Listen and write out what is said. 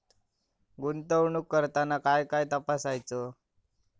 गुंतवणूक करताना काय काय तपासायच?